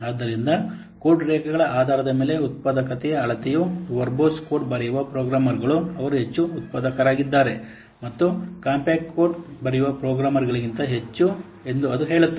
ಆದ್ದರಿಂದ ಕೋಡ್ ರೇಖೆಗಳ ಆಧಾರದ ಮೇಲೆ ಉತ್ಪಾದಕತೆಯ ಅಳತೆಯು ವರ್ಬೊಸ್ ಕೋಡ್ ಬರೆಯುವ ಪ್ರೋಗ್ರಾಮರ್ಗಳು ಅವರು ಹೆಚ್ಚು ಉತ್ಪಾದಕರಾಗಿದ್ದಾರೆ ಮತ್ತು ಕಾಂಪ್ಯಾಕ್ಟ್ ಕೋಡ್ ಬರೆಯುವ ಪ್ರೋಗ್ರಾಮರ್ಗಳಿಗಿಂತ ಹೆಚ್ಚು ಎಂದು ಅದು ಹೇಳುತ್ತದೆ